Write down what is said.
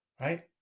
Right